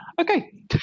Okay